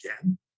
again